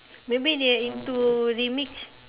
maybe they're into remix